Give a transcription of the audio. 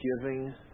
giving